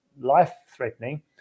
life-threatening